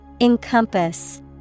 Encompass